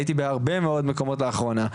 הייתי בהרבה מאוד מקומות לאחרונה.